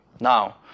Now